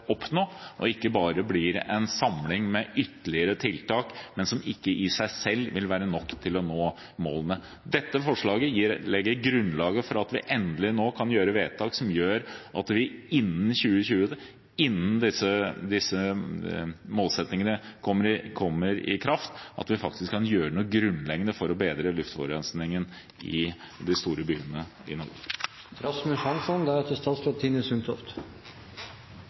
oppnå, og at det ikke bare blir en samling med ytterligere tiltak som ikke i seg selv vil være nok til å nå målene. Dette forslaget legger grunnlaget for at vi endelig kan fatte vedtak som gjør at vi innen 2020, innen disse målsettingene er nådd, faktisk kan gjøre noe grunnleggende for å bedre luftforurensningen i de store byene i